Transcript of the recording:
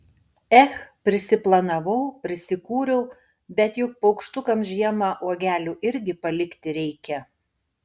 ech prisiplanavau prisikūriau bet juk paukštukams žiemą uogelių irgi palikti reikia